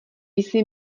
jsi